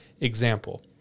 Example